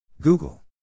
Google